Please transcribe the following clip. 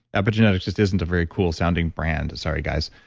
epigenetics just isn't a very cool sounding brand, sorry guys.